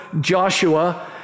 Joshua